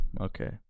okay